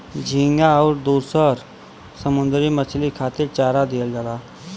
झींगा आउर दुसर समुंदरी मछरी खातिर चारा दिहल जाला